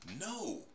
No